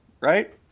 right